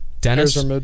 Dennis